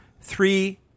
three